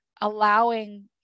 allowing